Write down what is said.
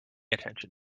attention